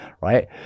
right